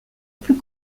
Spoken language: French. plus